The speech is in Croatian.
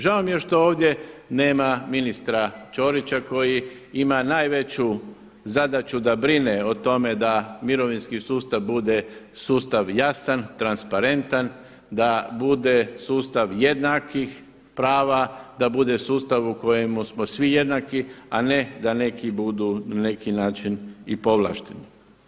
Žao mi je što ovdje nema ministra Ćorića koji ima najveću zadaću da brine o tome da mirovinski sustav bude sustav jasan, transparentan, da bude sustav jednakih prava, da bude sustava u kojemu smo svi jednaki a ne da neki budu na neki način i povlašteni.